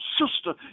sister